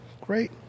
great